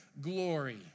glory